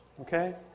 okay